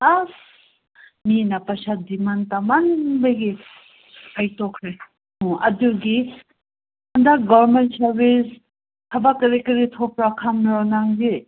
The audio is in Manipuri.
ꯑꯁ ꯃꯤꯅ ꯄꯩꯁꯥ ꯗꯤꯃꯥꯟ ꯇꯧꯃꯟꯕꯒꯤ ꯑꯩ ꯇꯣꯛꯈ꯭ꯔꯦ ꯑꯥ ꯑꯗꯨꯒꯤ ꯍꯟꯗꯛ ꯒꯣꯔꯃꯦꯟ ꯁꯥꯔꯕꯤꯁ ꯊꯕꯛ ꯀꯔꯤ ꯀꯔꯤ ꯊꯣꯛꯄ꯭ꯔꯥ ꯈꯪꯕ꯭ꯔꯣ ꯅꯪꯗꯤ